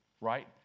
right